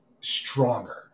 stronger